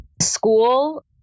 School